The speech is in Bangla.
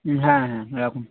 হ্যাঁ হ্যাঁ রাখুন